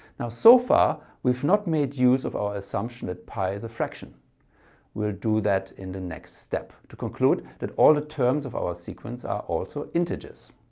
now so far we've not made use of our assumption that pi is a fraction we'll do that in the next step to conclude that all the terms of our sequence are also integers